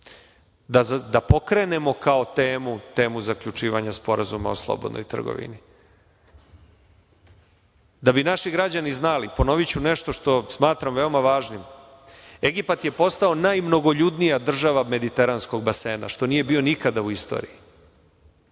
da pokrenemo, kao temu, temu zaključivanja sporazuma o slobodnoj trgovini. Da bi naši građani znali, ponoviću nešto što smatram veoma važnim, Egipat je mogao najmnogoljudnija država mediteranskog basena, što nije bio nikada u istoriji.